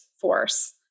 force